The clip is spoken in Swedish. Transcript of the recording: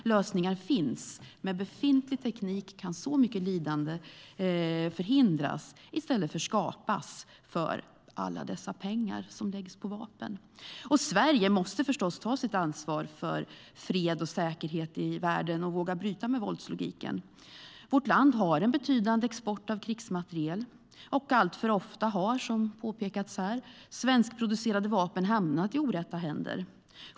Lösningar finns. Med befintlig teknik kan så mycket lidande förhindras i stället för skapas med alla dessa pengar som läggs på vapen. Sverige måste förstås ta sitt ansvar för fred och säkerhet i världen och våga bryta med våldslogiken. Vårt land har en betydande export av krigsmateriel, och som påpekats här har svenskproducerade vapen alltför ofta hamnat i orätta händer.